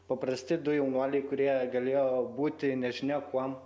paprasti du jaunuoliai kurie galėjo būti nežinia kuom